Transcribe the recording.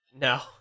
No